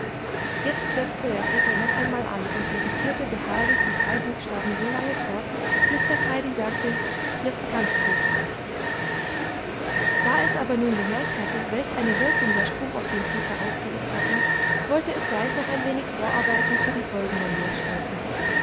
jetzt setzte der peter noch einmal an und repetierte beharrlich die drei buchstaben so lange fort bis das heidi sagte jetzt kannst du die drei da es aber nun bemerkt hatte welch eine wirkung der spruch auf den peter ausgeübt hatte wollte es gleich noch ein wenig vorarbeiten für die folgenden lehrstunden